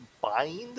Bind